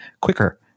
quicker